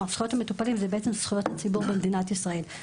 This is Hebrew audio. כלומר זכויות המטופלים זה בעצם זכויות הציבור במדינת ישראל.